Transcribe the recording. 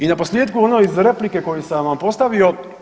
I na posljetku ono iz replike koju sam vam postavio.